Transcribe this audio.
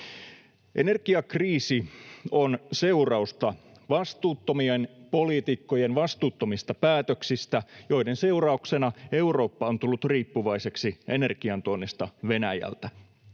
Energiakriisi on seurausta vastuuttomien poliitikkojen vastuuttomista päätöksistä, joiden seurauksena Eurooppa on tullut riippuvaiseksi energian tuonnista Venäjältä.